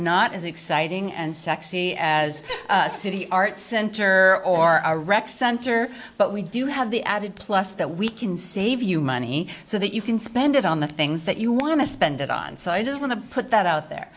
not as exciting and sexy as a city arts center or a rec center but we do have the added plus that we can save you money so that you can spend it on the things that you want to spend it on so i didn't want to put that out there